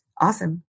Awesome